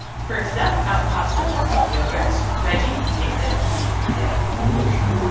first up, out pops some greek yogurt. reggie tastes it, and then he rates it i'll go extreme.